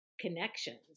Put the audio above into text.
Connections